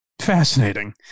fascinating